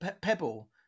pebble